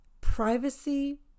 privacy